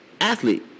athlete